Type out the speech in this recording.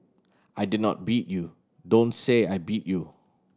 I did not beat you don't say I beat you